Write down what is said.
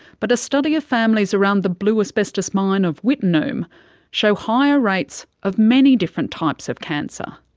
but a study of families around the blue asbestos mine of wittenoom show higher rates of many different types of cancer.